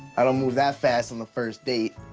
i don't move that fast on the first date.